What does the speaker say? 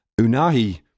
Unahi